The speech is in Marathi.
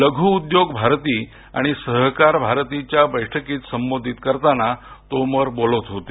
लघु उद्योग भारती आणि सहकार भारतीच्या बैठकीत संबोधित करताना तोमर बोलत होते